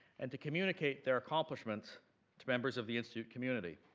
and to communicate their accomplishments to members of the institute community.